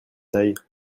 taille